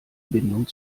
bindung